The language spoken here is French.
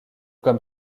comme